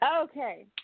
Okay